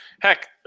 heck